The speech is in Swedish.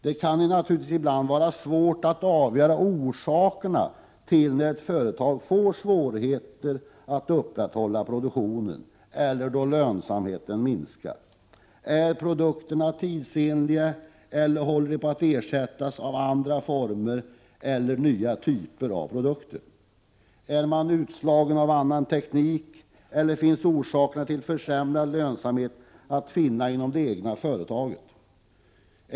Det kan naturligtvis ibland vara svårt att avgöra vilka orsakerna är till att ett företag får svårigheter att upprätthålla produktionen eller till att lönsamheten minskar. Är produkterna tidsenliga, eller håller de på att ersättas av andra former eller nya typer av produkter? Är produktionen utslagen av annan teknik, eller står orsaken till försämrad lönsamhet att finna inom det egna företaget?